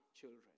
children